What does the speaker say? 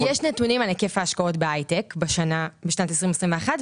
אני יודעת שיש נתונים על היקף ההשקעות בהייטק בשנת 2021,